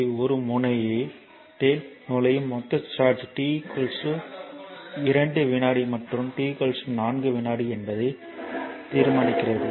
3 ஒரு முனையத்தில் நுழையும் மொத்த சார்ஜ் t 2 வினாடி மற்றும் t 4 வினாடி என்பதை தீர்மானிக்கிறது